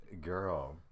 girl